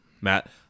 Matt